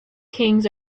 kings